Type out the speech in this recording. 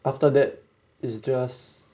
after that it's just